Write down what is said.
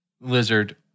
lizard